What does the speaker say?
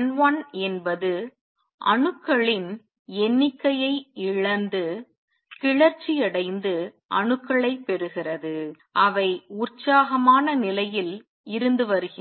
N1 என்பது அணுக்களின் எண்ணிக்கையை இழந்து கிளர்ச்சியடைந்து அணுக்களைப் பெறுகிறது அவை உற்சாகமான நிலையில் இருந்து வருகின்றன